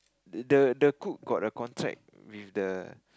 the the cook got a contract with the